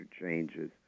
changes